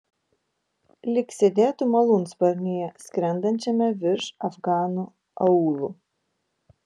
lyg sėdėtų malūnsparnyje skrendančiame virš afganų aūlų